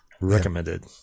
Recommended